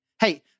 hey